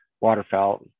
waterfowl